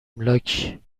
املاکی